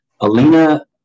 Alina